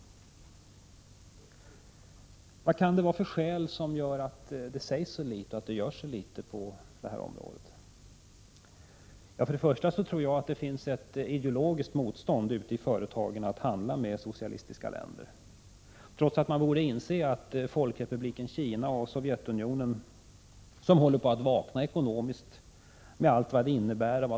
Vad kan det finnas för skäl till att det sägs och görs så litet? Först och främst finns det som jag sade ett ideologiskt motstånd ute i företagen mot att handla med socialistiska länder, trots att man nu borde inse att såväl Folkrepubliken Kina som Sovjetunionen håller på att vakna ekonomiskt, med allt vad det innebär.